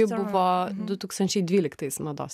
tai buvo du tūkstančiai dvyliktais mados